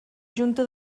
junta